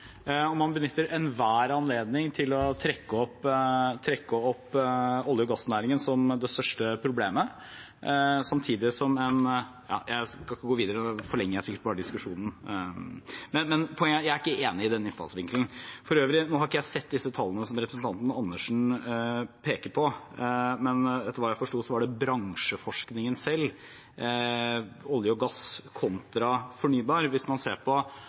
og man benytter enhver anledning til å trekke opp olje- og gassnæringen som det største problemet. Jeg skal ikke gå videre, da forlenger jeg bare diskusjonen, men poenget er at jeg er ikke enig i den innfallsvinkelen. For øvrig har jeg ikke sett de tallene som representanten Andersen peker på, men etter hva jeg forsto, var det bransjeforskningen selv – olje og gass kontra fornybar. Hvis man ser på